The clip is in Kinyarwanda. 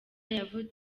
yavutse